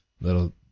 little